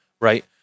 right